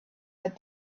had